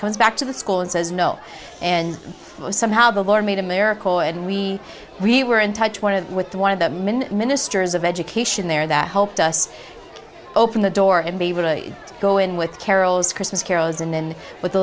comes back to the school and says no and somehow the lord made america and we we were in touch one of with one of the ministers of education there that helped us open the door and go in with carols christmas carols and then with